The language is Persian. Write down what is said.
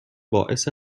باعث